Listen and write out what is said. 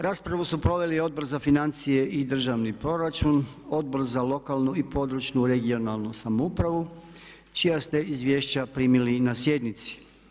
Raspravu su proveli Odbor za financije i državni proračun, Odbor za lokalnu i područnu (regionalnu) samoupravu čija ste izvješća primili na sjednici.